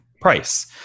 price